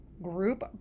group